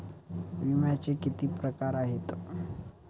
विम्याचे किती प्रकार आहेत?